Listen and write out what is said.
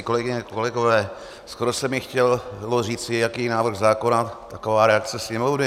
Kolegyně, kolegové, skoro se mi chtělo říci, jaký je návrh zákona, taková je reakce sněmovny.